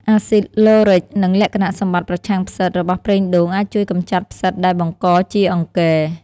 អាស៊ីតឡូរិក និងលក្ខណៈសម្បត្តិ ប្រឆាំងផ្សិត របស់ប្រេងដូង អាចជួយកម្ចាត់ផ្សិតដែលបង្កជាអង្គែ។